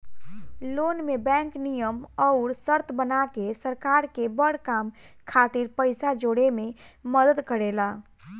loan में bank नियम अउर शर्त बना के सरकार के बड़ काम खातिर पइसा जोड़े में मदद करेला